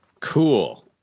Cool